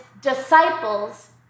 disciples